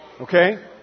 Okay